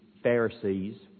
pharisees